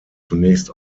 zunächst